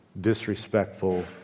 disrespectful